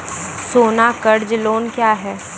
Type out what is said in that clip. सोना कर्ज लोन क्या हैं?